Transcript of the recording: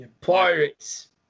Pirates